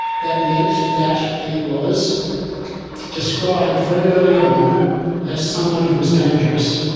that meant that he was described very early on as someone who was dangerous,